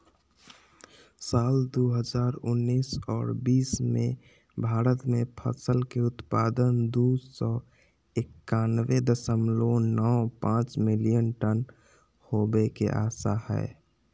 साल दू हजार उन्नीस आर बीस मे भारत मे फसल के उत्पादन दू सौ एकयानबे दशमलव नौ पांच मिलियन टन होवे के आशा हय